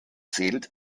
zählt